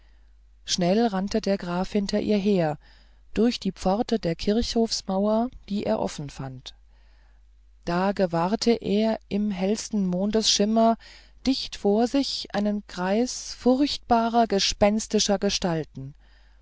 schnell rannte der graf hinter ihr her durch die pforte der kirchhofsmauer die er offen fand da gewahrte er im hellsten mondesschimmer dicht vor sich einen kreis furchtbar gespenstischer gestalten